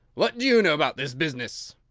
what do you know about this business?